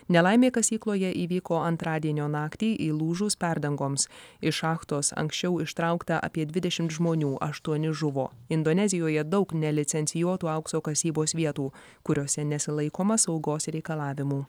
nelaimė kasykloje įvyko antradienio naktį įlūžus perdangoms iš šachtos anksčiau ištraukta apie dvidešimt žmonių aštuoni žuvo indonezijoje daug nelicencijuotų aukso kasybos vietų kuriose nesilaikoma saugos reikalavimų